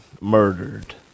murdered